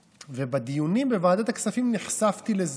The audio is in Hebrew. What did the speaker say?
בדיונים בוועדת הכספים נחשפתי לזה.